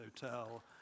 Hotel